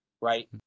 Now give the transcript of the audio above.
Right